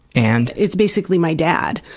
and? it's basically my dad.